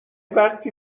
وقتی